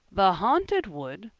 the haunted wood!